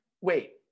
wait